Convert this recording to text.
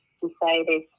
decided